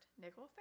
nickel